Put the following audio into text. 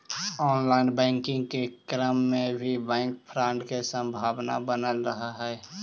online banking के क्रम में भी बैंक फ्रॉड के संभावना बनल रहऽ हइ